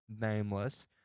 nameless